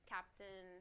Captain